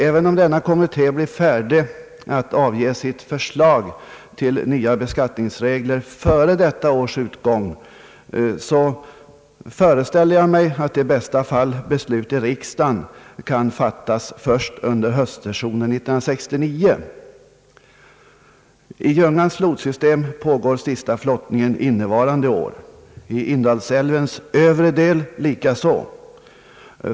Även om denna kommitté blir färdig att avge sitt förslag till nya beskattningsregler före detta års utgång, så föreställer jag mig att i bästa fall beslut i riksdagen skall kunna fattas först under höstsessionen 1969. I Ljungans flodsystem pågår sista flottning innevarande år, i Indalsälvens övre del likaså.